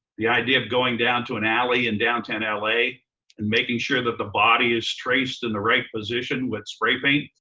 the idea of going down to an alley in downtown la and making sure that the body is traced in the right position with spray paint